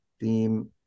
theme